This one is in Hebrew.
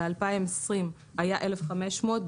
ב-2020 היו 1,500,